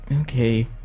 okay